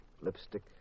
lipstick